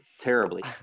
terribly